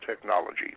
technology